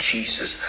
Jesus